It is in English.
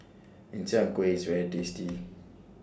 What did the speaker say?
Min Chiang Kueh IS very tasty